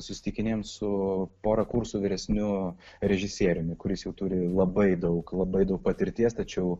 susitikinėjam su pora kursų vyresniu režisieriumi kuris jau turi labai daug labai daug patirties tačiau